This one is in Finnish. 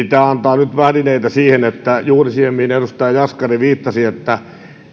tämä antaa nyt välineitä juuri siihen mihin edustaja jaskari viittasi että